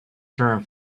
term